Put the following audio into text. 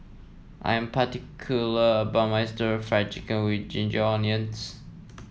I am particular about my Stir Fried Chicken with Ginger Onions